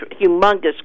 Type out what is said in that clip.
humongous